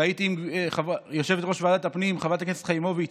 הייתי עם יושבת-ראש ועדת הפנים חברת הכנסת חיימוביץ'